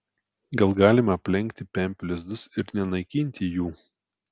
gal galime aplenkti pempių lizdus ir nenaikinti jų